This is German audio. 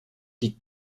die